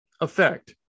effect